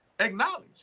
Acknowledge